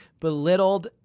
belittled